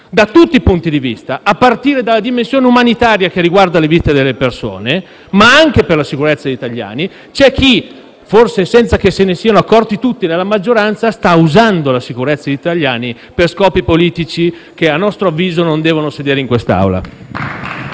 da tutti i punti di vista, a partire dalla dimensione umanitaria, che riguarda la vita delle persone ma anche la sicurezza degli italiani e c'è chi, forse senza che se ne siano accorti tutti nella maggioranza, sta usando la sicurezza degli italiani per scopi politici che, a nostro avviso, non devono sedere in quest'Aula.